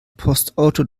postauto